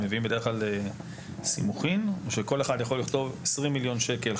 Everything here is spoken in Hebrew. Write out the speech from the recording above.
הם מביאים בדרך כלל סימוכין או שכל אחד יכול לכתוב 20 מיליון שקל,